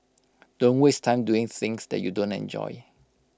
don't waste time doing things that you don't enjoy